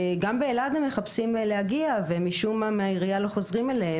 גם באלעד הם מחפשים להגיע ומשום מה מהעירייה לא חוזרים אליהם,